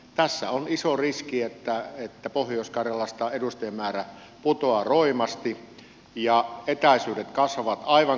tässä on iso riski että pohjois karjalasta edustajien määrä putoaa roimasti ja etäisyydet kasvavat aivan kohtuuttomiksi